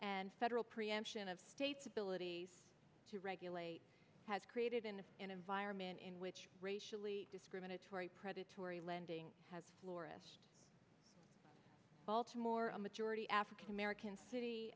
and federal preemption of states ability to regulate has created in the environment in which racially discriminatory predatory lending has florists baltimore a majority african american city